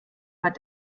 hat